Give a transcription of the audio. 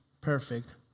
perfect